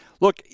look